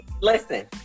Listen